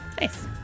Nice